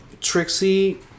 Trixie